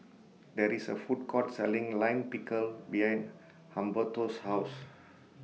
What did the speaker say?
There IS A Food Court Selling Lime Pickle behind Humberto's House